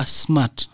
smart